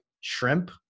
shrimp